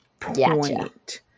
point